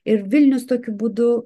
ir vilnius tokiu būdu